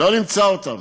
לא נמצא אותם.